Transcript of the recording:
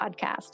Podcast